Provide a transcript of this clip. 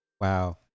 Wow